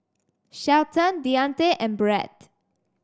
Shelton Deante and Brett